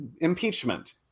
Impeachment